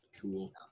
Cool